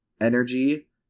energy